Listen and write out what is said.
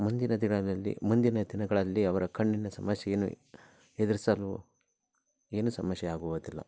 ಮುಂದಿನ ದಿನದಲ್ಲಿ ಮುಂದಿನ ದಿನಗಳಲ್ಲಿ ಅವರ ಕಣ್ಣಿನ ಸಮಸ್ಯೆಯನ್ನು ಎದುರಿಸಲು ಏನು ಸಮಸ್ಯೆ ಆಗುವುದಿಲ್ಲ